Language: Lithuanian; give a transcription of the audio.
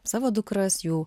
savo dukras jų